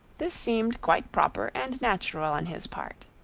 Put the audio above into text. this seemed quite proper and natural on his part.